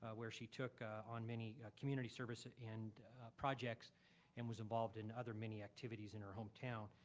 ah where she took on many community service ah and projects and was involved in other many activities in her hometown.